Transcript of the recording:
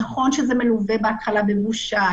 נכון שזה מלווה בהתחלה בבושה,